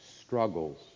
struggles